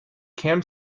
camp